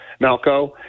Malco